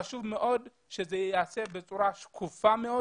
חשוב מאוד שזה ייעשה בצורה שקופה מאוד